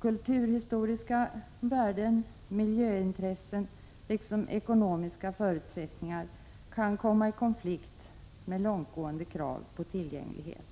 Kulturhistoriska värden och miljöintressen liksom ekonomiska förutsättningar kan komma i konflikt med långtgående krav på tillgänglighet.